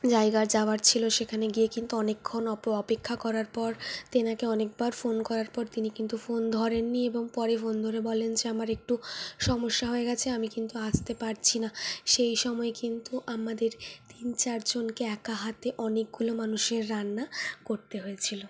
জায়গা যাওয়ার ছিল সেখানে গিয়ে কিন্তু অনেকক্ষণ অপেক্ষা করার পর তেনাকে অনেকবার ফোন করার পর তিনি কিন্তু ফোন ধরেননি এবং পরে ফোন ধরে বলেন যে আমার একটু সমস্যা হয়ে গেছে আমি কিন্তু আসতে পারছি না সেই সময়ে কিন্তু আমাদের তিন চারজনকে একা হাতে অনেকগুলো মানুষের রান্না করতে হয়েছিল